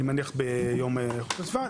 אני מניח ביום איכות הסביבה,